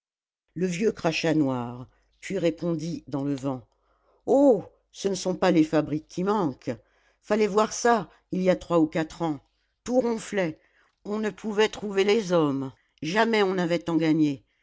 le vieux cracha noir puis répondit dans le vent oh ce ne sont pas les fabriques qui manquent fallait voir ça il y a trois ou quatre ans tout ronflait on ne pouvait trouver des hommes jamais on n'avait tant gagné